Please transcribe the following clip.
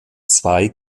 zwei